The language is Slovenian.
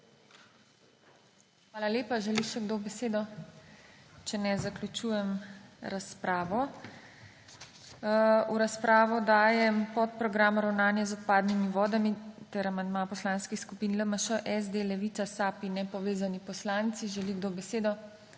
Hvala lepa. Želi še kdo besedo? (Ne.) Če ne, zaključujem razpravo. V razpravo dajem podprogram Ravnanje z odpadnimi vodami ter amandma Poslanskih skupin LMŠ, SD, Levica, SAB in nepovezani poslanci. Želi kdo besedo?